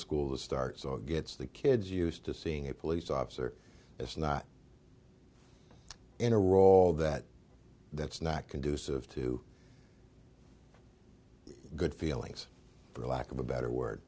school the start so it gets the kids used to seeing a police officer it's not in a role that that's not conducive to good feelings for lack of a better word